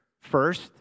first